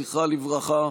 זכרה לברכה,